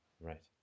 Right